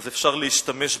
אז אפשר להשתמש בו.